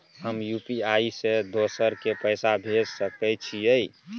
हम यु.पी.आई से दोसर के पैसा भेज सके छीयै?